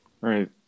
right